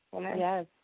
Yes